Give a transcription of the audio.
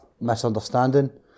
misunderstanding